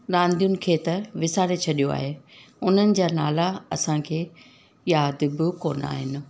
रांदुनि खे त विसारे छॾियो आहे उन्हनि जा नाला असांखे यादि बि कोन आहिनि